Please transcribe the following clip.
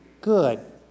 good